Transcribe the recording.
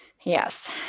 Yes